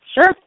Sure